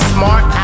Smart